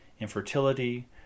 infertility